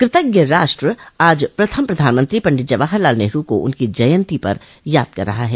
कृतज्ञ राष्ट्र आज प्रथम प्रधानमंत्री पंडित जवाहर लाल नेहरू को उनकी जयंती पर याद कर रहा है